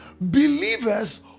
believers